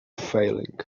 failing